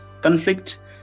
conflict